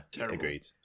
Agreed